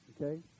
okay